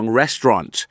restaurant